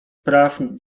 praw